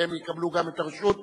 והן יקבלו את הרשות.